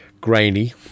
grainy